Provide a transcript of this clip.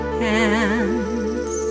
hands